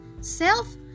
self